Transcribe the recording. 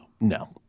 No